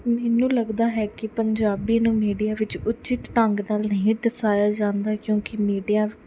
ਮੈਨੂੰ ਲੱਗਦਾ ਹੈ ਕੀ ਪੰਜਾਬੀ ਨੂੰ ਮੀਡੀਆ ਵਿੱਚ ਉਚਿਤ ਢੰਗ ਨਾਲ ਨਹੀਂ ਦਰਸਾਇਆ ਜਾਂਦਾ ਕਿਉਂਕਿ ਮੀਡੀਆ